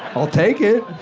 i'll take it.